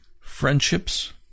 friendships